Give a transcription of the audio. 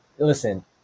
Listen